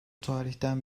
tarihten